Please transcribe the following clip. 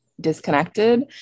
disconnected